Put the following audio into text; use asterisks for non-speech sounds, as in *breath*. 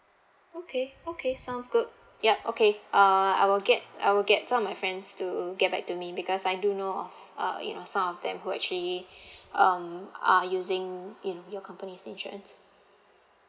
okay okay sounds good yup okay uh I will get I will get some of my friends to get back to me because I do know of uh you know some of them who actually *breath* um are using in your company's insurance